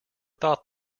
thought